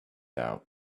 out